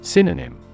Synonym